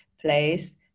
place